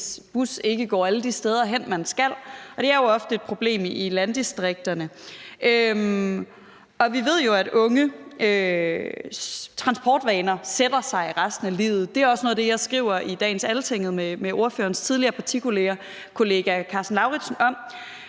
ens bus ikke går alle de steder hen, man skal, og det er jo ofte et problem i landdistrikterne. Og vi ved jo, at unges transportvaner sætter sig for resten af livet. Det er også noget af det, jeg skriver om i dagens Altinget sammen med ordførerens tidligere partikollega Karsten Lauritzen.